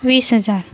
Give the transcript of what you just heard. वीस हजार